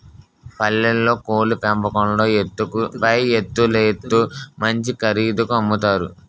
పల్లెల్లో కోళ్లు పెంపకంలో ఎత్తుకు పైఎత్తులేత్తు మంచి ఖరీదుకి అమ్ముతారు